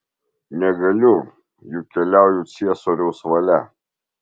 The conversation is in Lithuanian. negaliu juk keliauju ciesoriaus valia